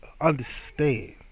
understand